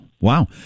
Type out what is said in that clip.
Wow